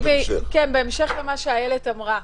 בהמשך למה שאיילת שאלה,